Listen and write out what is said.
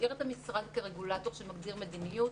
להשאיר את המשרד כרגולטור שמגדיר מדיניות